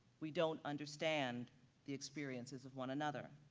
we don't understand the experiences of one another.